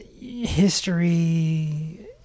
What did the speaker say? history